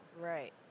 Right